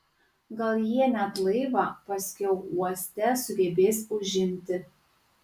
gal jie net laivą paskiau uoste sugebės užimti